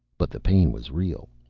but the pain was real,